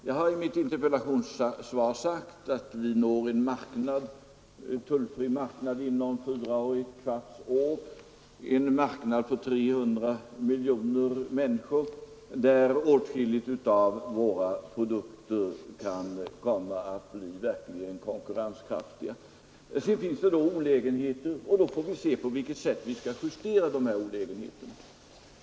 Jag har i mitt interpellationssvar sagt att vi når en tullfri marknad inom fyra och ett kvarts år, en marknad på 300 miljoner människor, där åtskilliga av våra produkter verkligen kan komma att bli konkurrenskraftiga. Sedan finns det olägenheter, och då får vi se på vilket sätt vi skall justera dem.